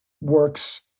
works